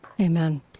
Amen